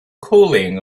cooling